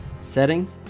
setting